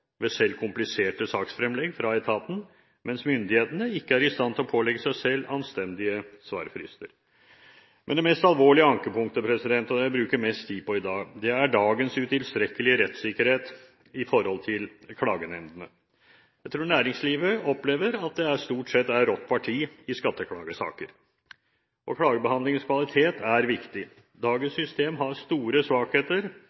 selv ved kompliserte saksfremlegg fra etaten, mens myndighetene ikke er i stand til å pålegge seg selv anstendige svarfrister. Men det mest alvorlige ankepunktet, det jeg vil bruke mest tid på i dag, er dagens utilstrekkelige rettssikkerhet med hensyn til klagenemndene. Jeg tror næringslivet opplever at det stort sett er rått parti i skatteklagesaker. Klagebehandlingens kvalitet er viktig.